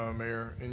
ah mayor.